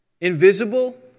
invisible